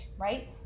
right